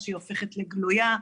עד שהיא הופכת לגלויה.